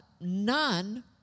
none